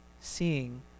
Seeing